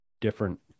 different